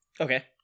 Okay